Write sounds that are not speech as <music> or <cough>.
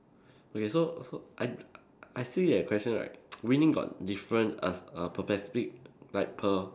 okay so so I I see that question right <noise> winning got different err s~ err specific like per~